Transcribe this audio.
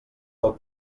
del